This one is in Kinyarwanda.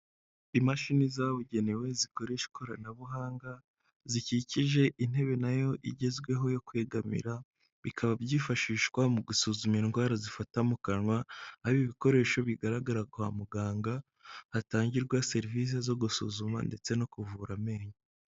Imashini zabugenewe zikoresha ikoranabuhanga zikikije intebe nayo igezweho yo kwegamira, bikaba byifashishwa mu gusuzuma indwara zifata mu kanwa, aho ibikoresho bigaragara kwa muganga, hatangirwa serivisi zo gusuzuma ndetse no kuvura amenyo.